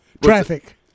Traffic